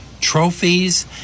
trophies